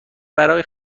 برای